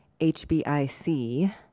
HBIC